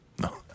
No